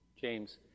James